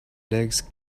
legs